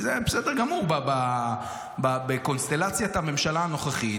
כי זה בסדר גמור בקונסטלציית הממשלה הנוכחית,